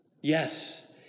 Yes